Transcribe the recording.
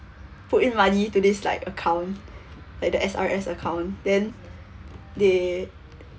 put in money to this like account like the S_R_S account then they